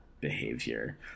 behavior